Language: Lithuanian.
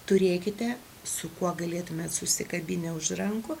turėkite su kuo galėtumėt susikabinę už rankų